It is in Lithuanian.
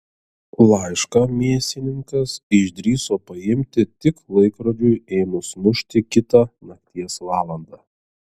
laišką mėsininkas išdrįso paimti tik laikrodžiui ėmus mušti kitą nakties valandą